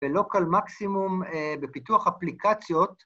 ולוקל מקסימום בפיתוח אפליקציות.